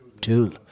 tool